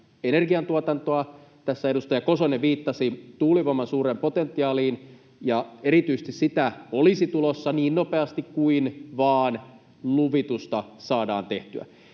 energiantuotantoa. Tässä edustaja Kosonen viittasi tuulivoiman suuren potentiaalin, ja erityisesti sitä olisi tulossa niin nopeasti kuin vaan luvitusta saadaan tehtyä.